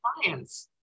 clients